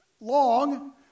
long